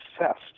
obsessed